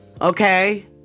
Okay